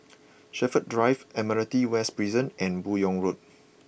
Shepherds Drive Admiralty West Prison and Buyong Road